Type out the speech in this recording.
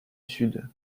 sud